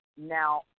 Now